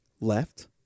Left